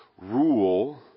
rule